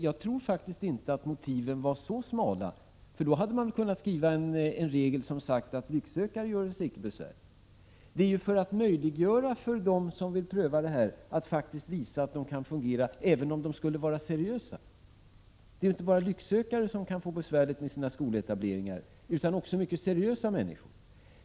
Jag tror faktiskt inte att motiven är så smala, för då hade man väl kunnat skriva en regel som sagt: Lycksökare göre sig icke besvär. Regeln är till för att möjliggöra för dem som vill pröva skolverksamhet att verkligen visa att den kan fungera, även om de skulle vara seriösa. Det är ju inte bara lycksökare som kan få det besvärligt med sina skoletableringar, utan också mycket seriösa människor.